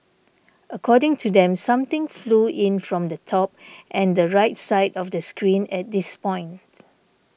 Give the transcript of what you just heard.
according to them something flew in from the top and the right side of the screen at this point